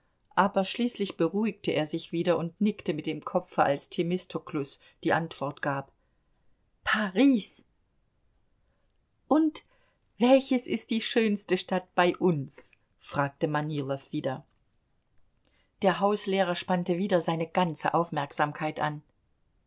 aber schließlich beruhigte er sich wieder und nickte mit dem kopfe als themistoklus die antwort gab paris und welches ist die schönste stadt bei uns fragte manilow wieder der hauslehrer spannte wieder seine ganze aufmerksamkeit an